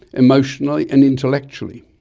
emotionally and intellectually.